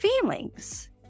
feelings